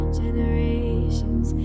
generations